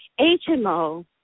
HMO